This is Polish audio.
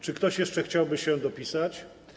Czy ktoś jeszcze chciałby się dopisać?